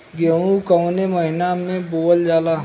गेहूँ कवने महीना में बोवल जाला?